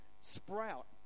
sprout